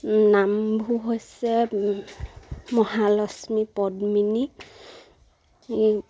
নামবোৰ হৈছে মহালক্ষ্মী পদ্মিনী